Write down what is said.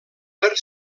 per